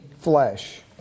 flesh